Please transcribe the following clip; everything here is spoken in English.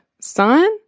son